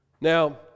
Now